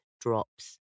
drops